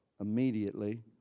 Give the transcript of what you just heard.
immediately